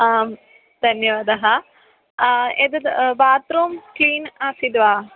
आं धन्यवादः एतत् बात्रूं क्लीन् आसीत् वा